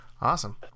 Awesome